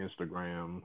Instagram